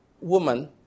woman